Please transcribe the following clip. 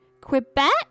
Quebec